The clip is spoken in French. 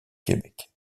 québec